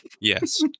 Yes